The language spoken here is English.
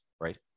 Right